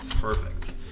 Perfect